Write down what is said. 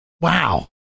wow